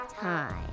time